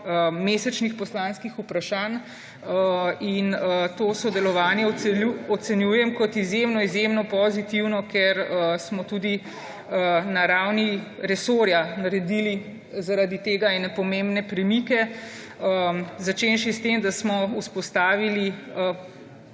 mesečnih poslanskih vprašanj in to sodelovanje ocenjujem kot izjemno izjemno pozitivno, ker smo tudi na ravni resorja naredili zaradi tega ene pomembne premike, začenši s tem, da smo vzpostavili,